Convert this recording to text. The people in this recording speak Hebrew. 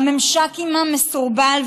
הממשק עימם מסורבל,